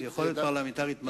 יכולת פרלמנטרית מדהימה.